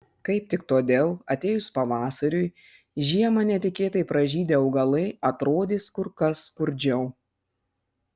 kaip tik todėl atėjus pavasariui žiemą netikėtai pražydę augalai atrodys kur kas skurdžiau